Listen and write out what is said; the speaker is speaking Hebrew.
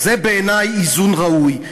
זה בעיני איזון ראוי,